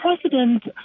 President